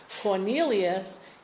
Cornelius